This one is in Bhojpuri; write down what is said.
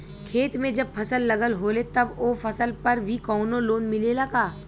खेत में जब फसल लगल होले तब ओ फसल पर भी कौनो लोन मिलेला का?